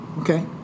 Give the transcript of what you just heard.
Okay